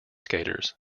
skaters